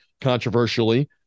controversially